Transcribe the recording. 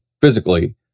physically